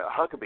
Huckabee